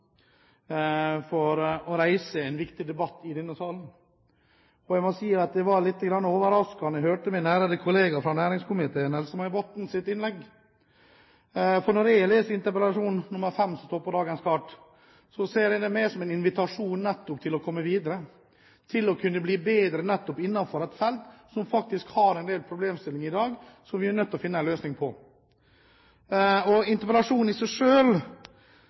for at han reiser en viktig debatt i denne salen. Jeg må si at det var litt overraskende å høre min ærede kollega fra næringskomiteen Else-May Bottens innlegg. For når jeg leser interpellasjonen, sak nr. 5 på dagens kart, ser jeg det mer som en invitasjon nettopp til å komme videre, til å kunne bli bedre innenfor et felt som faktisk har en del problemstillinger i dag som vi er nødt til å finne en løsning på. Interpellasjonen i seg